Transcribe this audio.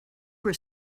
were